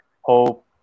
Hope